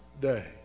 day